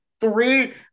three